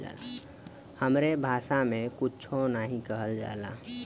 हमरे भासा मे कुच्छो नाहीं कहल जाला